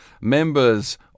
members